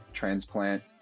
transplant